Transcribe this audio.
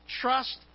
trust